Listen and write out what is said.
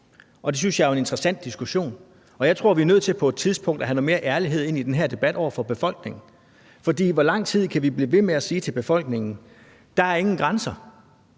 det synes jeg jo er en interessant diskussion. Og jeg tror, vi er nødt til på et tidspunkt at have noget mere ærlighed ind i den her debat over for befolkningen, for i hvor lang tid kan vi blive ved med at sige til befolkningen, at der ingen grænser